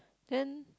then